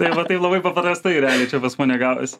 tai va taip labai paprastai realiai pas mane gavosi